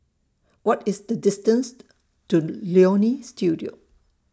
What IS The distance to Leonie Studio